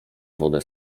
wodę